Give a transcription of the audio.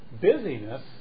busyness